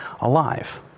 alive